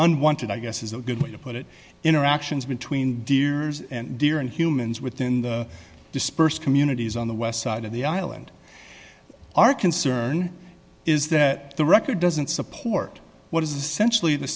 unwanted i guess is a good way to put it interactions between deers and deer and humans within the dispersed communities on the west side of the island our concern is that the record doesn't support what is